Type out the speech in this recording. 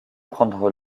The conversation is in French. prendre